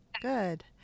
good